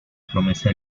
promesa